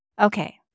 Okay